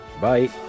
Bye